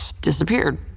disappeared